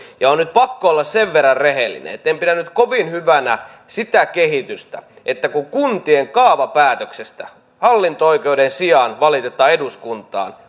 ja on nyt pakko olla sen verran rehellinen etten pidä kovin hyvänä sitä kehitystä että kuntien kaavapäätöksestä hallinto oikeuden sijaan valitetaan eduskuntaan